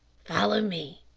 follow me.